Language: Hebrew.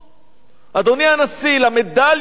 אדוני הנשיא, למדליה שלך,